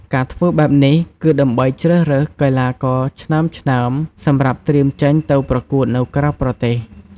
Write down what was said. ការធ្វើបែបនេះគឺដើម្បីជ្រើសរើសកីឡាករឆ្នើមៗសម្រាប់ត្រៀមចេញទៅប្រកួតនៅក្រៅប្រទេស។